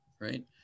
right